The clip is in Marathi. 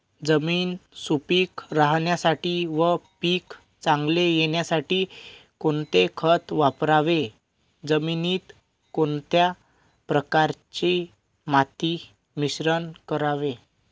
जमीन सुपिक राहण्यासाठी व पीक चांगले येण्यासाठी कोणते खत वापरावे? जमिनीत कोणत्या प्रकारचे माती मिश्रण करावे?